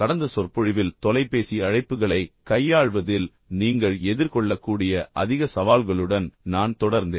கடந்த சொற்பொழிவில் தொலைபேசி அழைப்புகளைக் கையாள்வதில் நீங்கள் எதிர்கொள்ளக்கூடிய அதிக சவால்களுடன் நான் தொடர்ந்தேன்